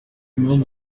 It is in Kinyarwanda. impamvu